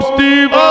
Steve